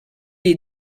est